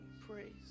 Praise